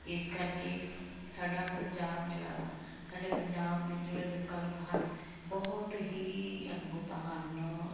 ਇਸ ਕਰਕੇ ਸਾਡਾ ਪੰਜਾਬ ਜਿਹੜਾ ਨਾ ਸਾਡੇ ਪੰਜਾਬ ਦੇ ਜਿਹੜੇ ਵਿਕਲਪ ਹਨ ਬਹੁਤ ਹੀ ਅਦਭੁਤ ਹਨ